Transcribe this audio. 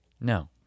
No